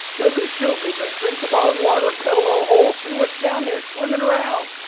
that just kills me. let's drink the bone water cut a little hole see what's down there swimming around.